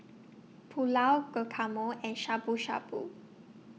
Pulao Guacamole and Shabu Shabu